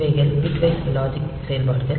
இவைகள் bitwise logic செயல்பாடுகள்